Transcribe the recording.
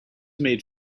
made